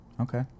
Okay